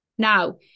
Now